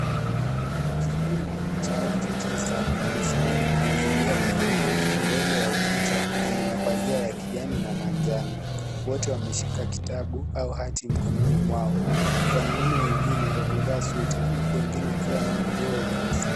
Kikundi, cha watu tisa kimesimama kwenye zulia jekundu, mbele ya ukuta, wenye mapazia ya kijani na manjano, wote wameshika kitabu au hati mkononi mwao, Wanaume wengine wamevaa suti huku wengine wakiwa na majoho meusi.